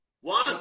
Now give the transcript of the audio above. One